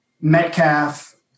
Metcalf